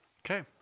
Okay